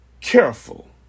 careful